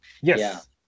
yes